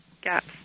gaps